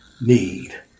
need